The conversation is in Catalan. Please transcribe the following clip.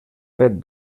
fet